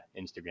Instagram